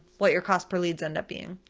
what your cost per leads end up being.